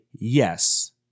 yes